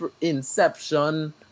inception